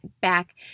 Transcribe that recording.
back